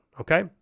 Okay